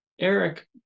Eric